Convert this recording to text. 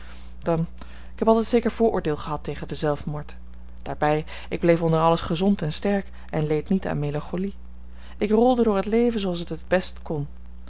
dan ik heb altijd zeker vooroordeel gehad tegen den zelfmoord daarbij ik bleef onder alles gezond en sterk en leed niet aan melancholie ik rolde door het leven zooals het het best kon